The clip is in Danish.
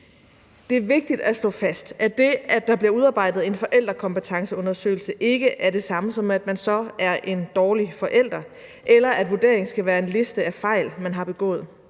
Det er vigtigt at slå fast, at det, at der bliver udarbejdet en forældrekompetenceundersøgelse, ikke er det samme, som at man så er en dårlig forælder eller at vurderingen skal være en liste af fejl, man har begået.